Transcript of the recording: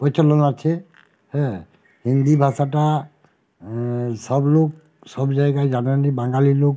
প্রচলন আছে হ্যাঁ হিন্দি ভাষাটা সব লোক সব জায়গায় জানা নেই বাঙালি লোক